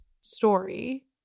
story